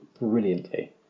brilliantly